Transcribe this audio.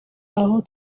aho